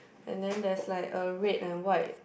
and then there's like a red and white